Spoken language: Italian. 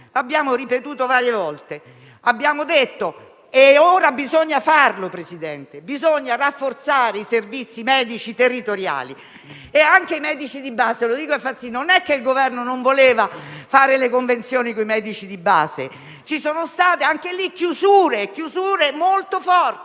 abbiamo ripetuto varie volte - e ora bisogna farlo - di rafforzare i servizi medici territoriali e anche i medici di base. Infatti, non è che il Governo non volesse fare le convenzioni con i medici di base; ci sono state, anche in quel caso, chiusure molto forti.